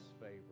favor